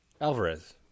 Alvarez